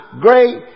great